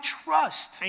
trust